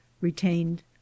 retained